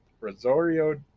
Rosario